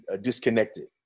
disconnected